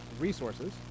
resources